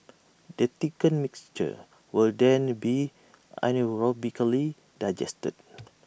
the thickened mixture will then be anaerobically digested